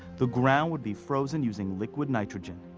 the ground would be frozen using liquid nitrogen.